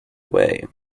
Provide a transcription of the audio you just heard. away